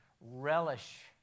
relish